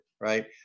right